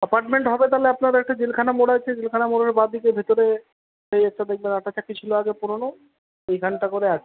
apartment হবে তাহলে আপনাদেরকে জেলখানা মোড় আছে জেলখানা মোড়ের বাঁদিকে ভেতরে সেই এসে দেখবেন আটা চাক্কি ছিলো আগে পুরনো সেইখানটা করে আছে